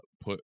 put